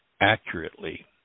accurately